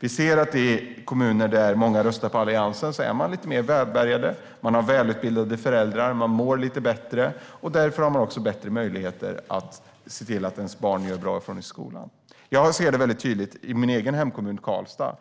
nu ser. I kommuner där många röstar på Alliansen är man lite mer välbärgad. Man har välutbildade föräldrar och mår lite bättre. Därför finns också större möjligheter att se till att ens barn gör bra ifrån sig i skolan. Jag ser detta väldigt tydligt i min egen hemkommun, Karlstad.